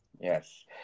Yes